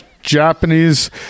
Japanese